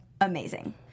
amazing